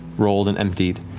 rolled and emptied.